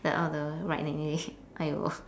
like all the write neatly !aiyo!